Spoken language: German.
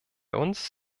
uns